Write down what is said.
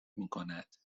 میکند